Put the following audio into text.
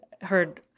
heard